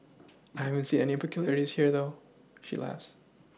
I haven't seen any peculiarities here she laughs